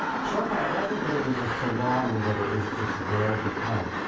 chopin it wasn't that it was a salon and that it was just there because.